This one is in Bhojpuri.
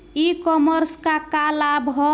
ई कॉमर्स क का लाभ ह?